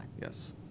Yes